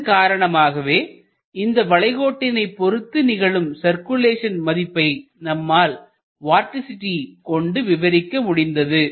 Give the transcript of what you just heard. இதன் காரணமாகவே இந்த வளைகோட்டினை பொறுத்து நிகழும் சர்க்குலேஷன் மதிப்பை நம்மால் வார்டிசிட்டி கொண்டு விவரிக்க முடிந்தது